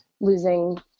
losing